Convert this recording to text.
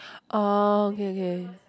oh okay okay